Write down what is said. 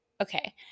Okay